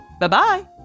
Bye-bye